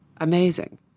amazing